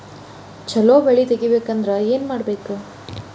ಛಲೋ ಬೆಳಿ ತೆಗೇಬೇಕ ಅಂದ್ರ ಏನು ಮಾಡ್ಬೇಕ್?